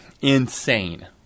insane